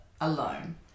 Alone